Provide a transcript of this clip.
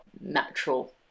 natural